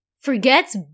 Forgets